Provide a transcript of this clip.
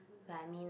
but I mean